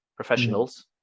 professionals